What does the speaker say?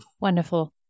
Wonderful